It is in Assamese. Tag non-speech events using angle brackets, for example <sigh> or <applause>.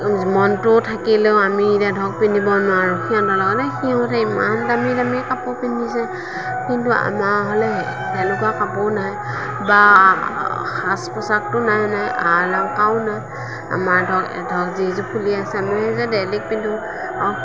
মনটো থাকিলেও আমি এতিয়া ধৰক কিনিব নোৱাৰোঁ সেই <unintelligible> মানে সিহঁতে ইমান দামী দামী কাপোৰ পিন্ধিছে কিন্তু আমাৰ হ'লে সেনেকুৱা কাপোৰো নাই বা সাজ পোছাকতো নাই নাইয়ে আ অলংকাৰো নাই আমাৰ ধৰক ধৰক যিযোৰ ফুলি আছে মই সেইযোৰে ডেইলি পিন্ধোঁ